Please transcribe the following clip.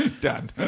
Done